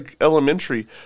elementary